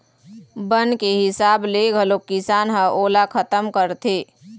बन के हिसाब ले घलोक किसान ह ओला खतम करथे